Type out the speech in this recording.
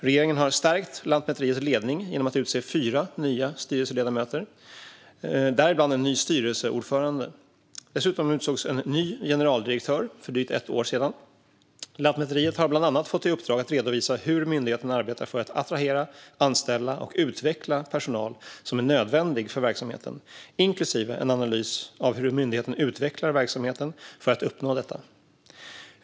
Regeringen har stärkt Lantmäteriets ledning genom att utse fyra nya styrelseledamöter, däribland en ny styrelseordförande. Dessutom utsågs en ny generaldirektör för drygt ett år sedan. Lantmäteriet har bland annat fått i uppdrag att redovisa hur myndigheten arbetar för att attrahera, anställa och utveckla personal som är nödvändig för verksamheten, inklusive en analys av hur myndigheten utvecklar verksamheten för att uppnå detta.